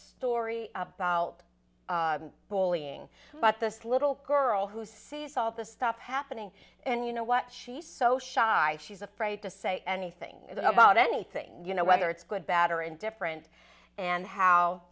story about bullying but this little girl who sees all this stuff happening and you know what she's so shy she's afraid to say anything about anything you know whether it's good bad or indifferent and how